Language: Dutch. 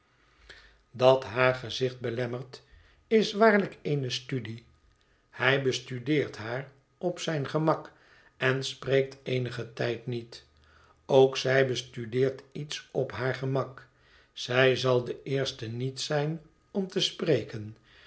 dat haar gezicht belemmert is waarlijk eene studie hij bestudeert haar op zijn gemak en spreekt eenigën tijd niet ook zij bestudeert iets op haar gemak zij zal de eerste niet zijn om te spreken